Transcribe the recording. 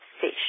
fish